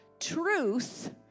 Truth